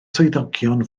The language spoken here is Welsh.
swyddogion